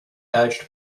urged